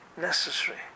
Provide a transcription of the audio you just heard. necessary